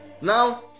Now